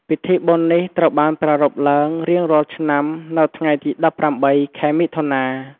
ពិធីបុណ្យនេះត្រូវបានប្រារព្ធឡើងរៀងរាល់ឆ្នាំនៅថ្ងៃទី ១៨ ខែមិថុនា ។